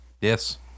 yes